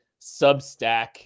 Substack